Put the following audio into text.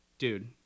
dude